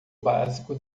básico